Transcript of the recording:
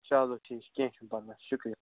چلو ٹھیک چھِ کیٚنہہ چھِنہٕ پرواے شُکریہِ